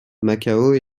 macao